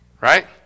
Right